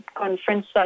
conference